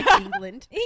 England